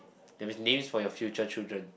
that means names for your future children